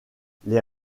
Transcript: les